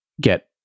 get